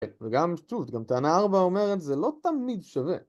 וגם, שוב, גם טענה ארבע אומרת, זה לא תמיד שווה.